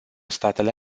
statele